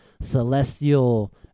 celestial